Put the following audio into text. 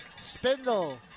Spindle